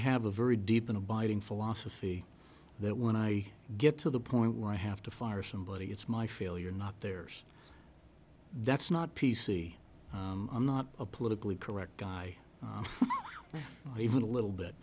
have a very deep and abiding philosophy that when i get to the point where i have to fire somebody it's my failure not theirs that's not p c i'm not a politically correct guy even a little bit